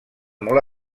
molt